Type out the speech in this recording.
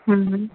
હમ્મ હમ્મ